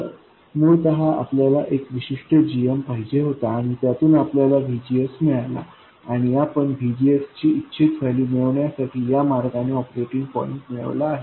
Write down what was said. तर मुळतः आपल्याला एक विशिष्ट gmपाहिजे होता आणि त्यातून आपल्याला VGS मिळाला आणि आपण VGS ची इच्छित व्हॅल्यू मिळवण्यासाठी या मार्गाने ऑपरेटिंग पॉईंट मिळवला आहे